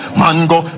mango